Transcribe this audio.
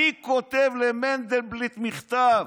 אני כותב למנדלבליט מכתב,